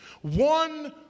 one